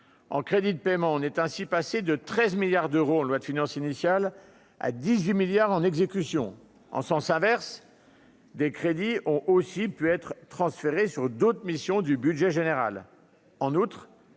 en crédits de paiement on est ainsi passé de 13 milliards d'euros en loi de finances initiale à 18 milliards en exécution en sens inverse des crédits ont aussi pu être transférés sur d'autres missions du budget général,